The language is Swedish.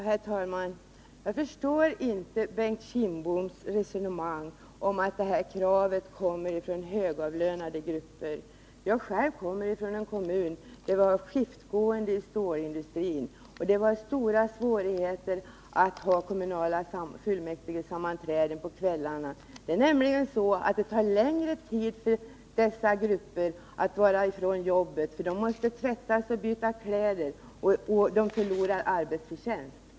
Herr talman! Jag förstår inte Bengt Kindboms resonemang om att detta krav kommer från högavlönade grupper. Jag själv kommer från en kommun där vi har skiftgående i stålindustrin. Det innebär stora svårigheter att ha kommunala fullmäktigesammanträden på kvällarna. Det tar nämligen längre tid för dessa grupper att komma från jobbet. De måste tvätta sig och byta kläder, och de förlorar arbetsförtjänst.